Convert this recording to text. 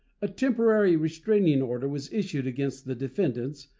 a temporary restraining order was issued against the defendants,